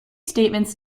statements